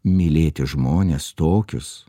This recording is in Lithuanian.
mylėti žmones tokius